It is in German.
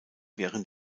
während